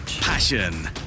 passion